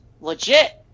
legit